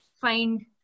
find